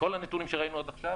כל הנתונים שראינו עד עכשיו,